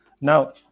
now